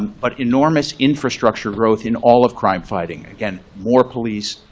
but enormous infrastructure growth in all of crime fighting. again, more police,